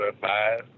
five